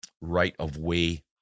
right-of-way